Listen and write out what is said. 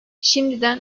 şimdiden